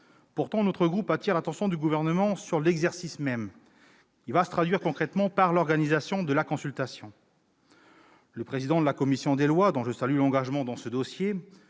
Pourtant, mon groupe attire l'attention du Gouvernement sur l'exercice même qui va se traduire concrètement par l'organisation de la consultation. Le président de la commission des lois, dont je salue l'engagement sur ce dossier,